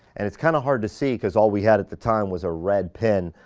and, it's kinda hard to see cause all we had at the time was a red pen,